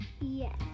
Yes